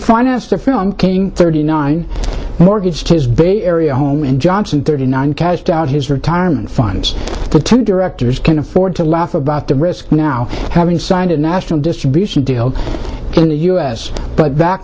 finance the film king thirty nine mortgage his bay area home and jobs and thirty nine cashed out his retirement funds to two directors can afford to laugh about the risk now having signed a national distribution deal in the us but back